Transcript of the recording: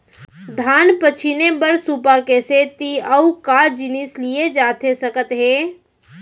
धान पछिने बर सुपा के सेती अऊ का जिनिस लिए जाथे सकत हे?